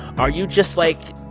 are you just, like,